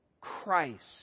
Christ